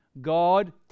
God